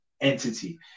entity